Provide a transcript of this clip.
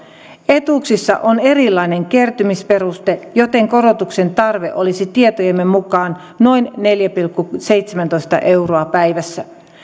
etuuksissa on erilainen kertymisperuste joten korotuksen tarve olisi tietojemme mukaan noin neljä pilkku seitsemäntoista euroa päivässä